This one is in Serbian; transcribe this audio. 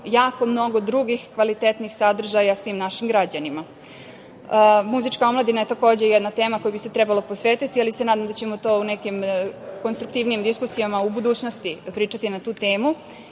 jako mnogo drugih kvalitetnih sadržaja svim našim građanima. Muzička omladina je takođe jedna tema kojoj bi se trebalo posvetiti ali se nadam da ćemo to u nekim konstruktivnijim diskusijama u budućnosti pričati na tu temu. Sve